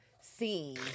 scene